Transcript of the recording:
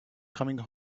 coming